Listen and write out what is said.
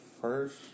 first